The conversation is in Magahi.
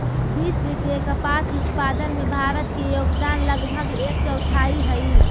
विश्व के कपास उत्पादन में भारत के योगदान लगभग एक चौथाई हइ